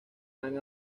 han